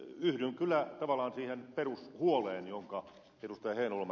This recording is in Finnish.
yhdyn kyllä tavallaan siihen perushuoleen jonka ed